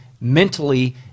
mentally